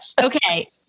okay